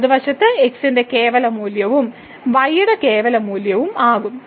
വലതുവശത്ത് x ന്റെ കേവല മൂല്യവും y യുടെ കേവല മൂല്യവും ആകും